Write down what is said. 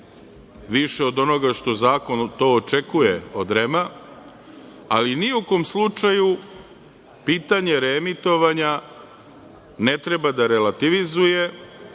više od onoga što zakon to očekuje od REM, ali ni u kom slučaju pitanje reemitovanja ne treba da relativizuje